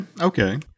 Okay